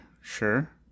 Sure